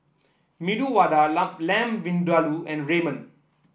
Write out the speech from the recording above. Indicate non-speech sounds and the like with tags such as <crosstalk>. Medu Vada <unintelligible> Lamb Vindaloo and Ramen